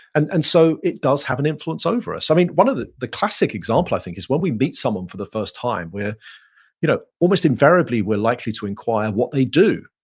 and and so it does have an influence over us. i mean, one of the the classic example i think is when we meet someone for the first time, you know almost invariably we're likely to inquire what they do.